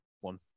one